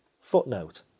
Footnote